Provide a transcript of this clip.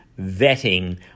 vetting